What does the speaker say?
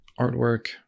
artwork